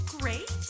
great